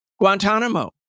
Guantanamo